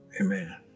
Amen